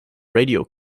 radio